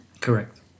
correct